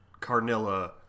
Carnilla